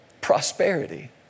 prosperity